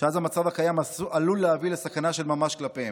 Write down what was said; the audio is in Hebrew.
שאז המצב הקיים עלול להביא לסכנה של ממש לגביהם.